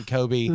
Kobe